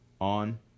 On